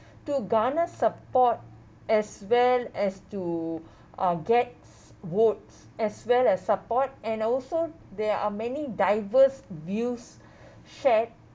to garner support as well as to uh gets votes as well as support and also there are many diverse views shared